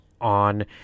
on